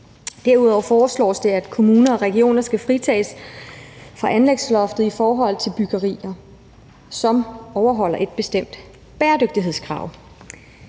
Herudover foreslås det, at kommuner og regioner skal fritages for anlægsloftet i forhold til byggeri, som overholder et bestemt bæredygtighedskrav.